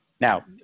Now